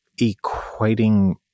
equating